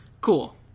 Cool